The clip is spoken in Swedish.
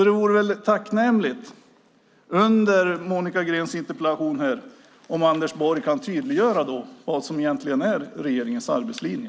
Det vore tacknämligt om Anders Borg under debatten om Monica Greens interpellation kan tydliggöra vad som egentligen är regeringens arbetslinje.